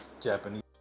Japanese